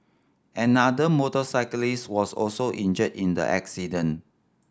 another motorcyclist was also injured in the accident